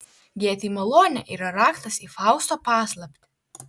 gėtei malonė yra raktas į fausto paslaptį